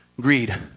Greed